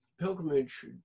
pilgrimage